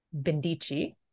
Bendici